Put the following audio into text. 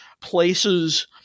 places